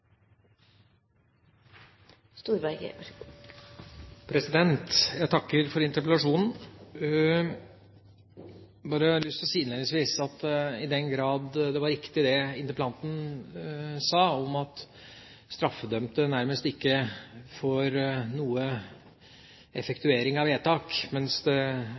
Jeg takker for interpellasjonen. Jeg har bare lyst til å si innledningsvis at i den grad det var riktig det interpellanten sa om at man for straffedømte nærmest ikke får noen effektuering av vedtak, mens det